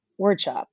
WordShop